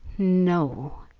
no,